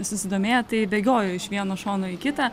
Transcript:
susidomėję tai bėgiojo iš vieno šono į kitą